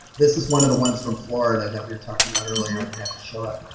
this is one of the ones from florida that we were talking about earlier, i forgot to show it.